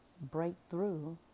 breakthrough